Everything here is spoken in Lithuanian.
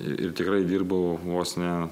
ir tikrai dirbau vos ne